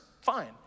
fine